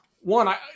one